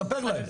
ספר להם.